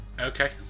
Okay